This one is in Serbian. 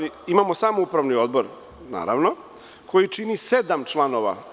Imamo samo upravni odbor, naravno, koji čini ukupno sedam članova.